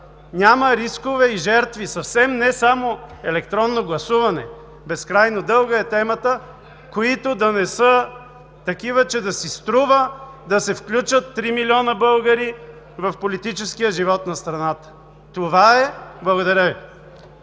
Няма рискове и жертви – съвсем не само електронно гласуване, безкрайно дълга е темата, които да не са такива, че да си струва да се включат три милиона българи в политическия живот на страната. Това е! Благодаря Ви.